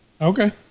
Okay